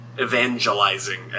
evangelizing